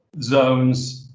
zones